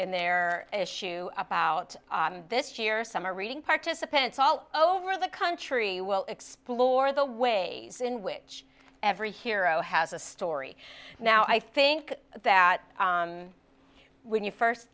and their issue about this year's summer reading participants all over the country will explore the ways in which every hero has a story now i think that when you first